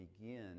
begin